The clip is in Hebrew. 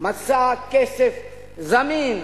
מצא כסף זמין,